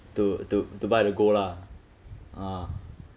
to to to buy the gold lah ah